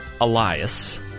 Elias